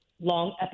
long